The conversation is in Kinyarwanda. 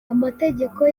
amategeko